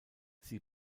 sie